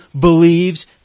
believes